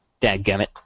Dadgummit